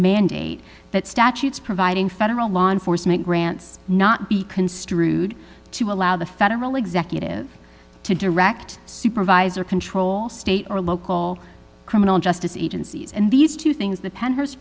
mandate that statutes providing federal law enforcement grants not be construed to allow the federal executive to direct supervisor control state or local criminal justice agencies and these two things the penn h